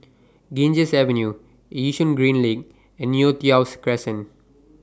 Ganges Avenue Yishun Green LINK and Neo Tiew Crescent